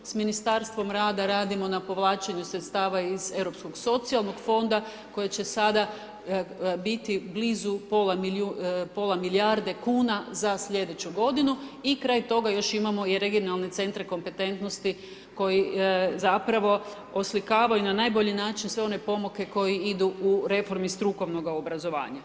Sa ministarstvom rada radimo na povlačenju sredstava iz Europskog socijalnog fonda koje će sada biti blizu pola milijarde kuna za sljedeću godinu i kraj toga još imamo i regionalne centre kompetentnosti koji zapravo oslikavaju na najbolji način sve one pomake koje idu u reformi strukovnoga obrazovanja.